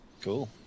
Cool